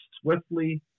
swiftly